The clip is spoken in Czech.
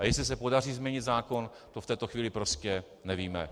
A jestli se podaří změnit zákon, to v této chvíli prostě nevíme.